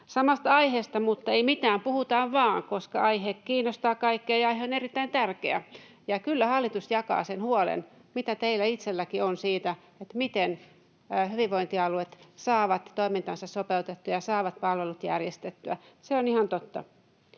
samasta aiheesta, mutta ei mitään, puhutaan vain, koska aihe kiinnostaa kaikkia ja aihe on erittäin tärkeä. Ja kyllä hallitus jakaa sen huolen, mitä teillä itsellännekin on siitä, miten hyvinvointialueet saavat toimintaansa sopeutettua ja saavat palvelut järjestettyä. Se on ihan totta.